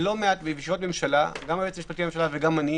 בלא מעט ישיבות ממשלה עם היועץ המשפטי לממשלה ואיתי,